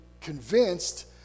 convinced